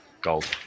gold